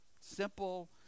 simple